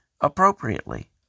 appropriately